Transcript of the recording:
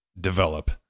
develop